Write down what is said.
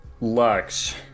Lux